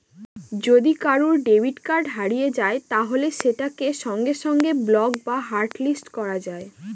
যদি কারুর debit card হারিয়ে যায় তাহলে সেটাকে সঙ্গে সঙ্গে ব্লক বা হটলিস্ট করা যায়